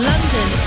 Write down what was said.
London